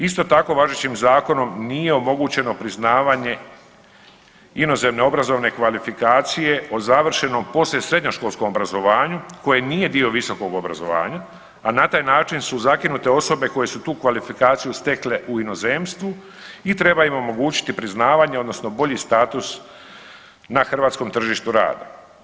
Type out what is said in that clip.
Isto tako, važećim zakonom nije omogućeno priznavanje inozemne obrazovne kvalifikacije o završnom poslijesrednjoškolskom obrazovanju koje nije dio visokog obrazovanja, a na taj način su zakinute osobe koje su tu kvalifikaciju stekle u inozemstvu i treba im omogućiti priznavanje odnosno bolji status na hrvatskom tržištu rada.